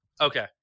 Okay